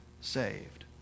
saved